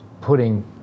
putting